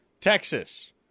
Texas